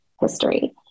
history